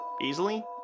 easily